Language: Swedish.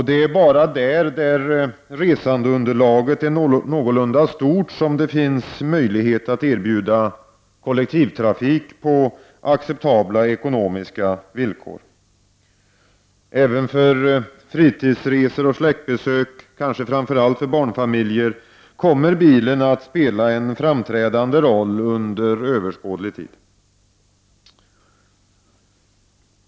Det är bara där resandeunderlaget är någorlunda stort som det finns möjlighet att erbjuda kollektivtrafik på acceptabla ekonomiska villkor. Även för fritidsresor och släktbesök, kanske framför allt för barnfamijer, kommer bilen att spela en framträdande roll under överskådlig tid.